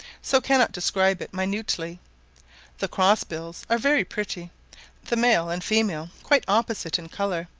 so cannot describe it minutely. the cross-bills are very pretty the male and female quite opposite in colour,